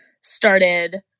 Started